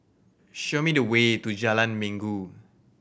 show me the way to Jalan Minggu